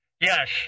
Yes